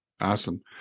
awesome